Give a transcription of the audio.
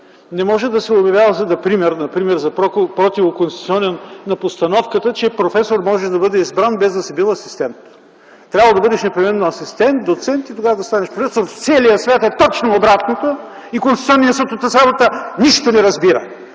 Не може да се обявява например за противоконституционна постановката, че професор може да бъде избран без да си бил асистент. Трябвало да бъдеш непременно асистент, доцент и тогава да станеш професор. В целия свят е точно обратното и Конституционният съд от тази работа нищо не разбира.